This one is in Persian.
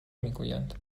میگویند